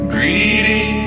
Greedy